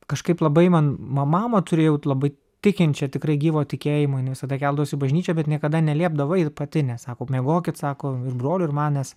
kažkaip labai man ma mamą turėjau labai tikinčią tikrai gyvo tikėjimo jinai visada keldavosi į bažnyčią bet niekada neliepdavo eit pati nes sako miegokit sako ir broliui ir man nes